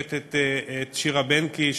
באמת את שירה בנקי,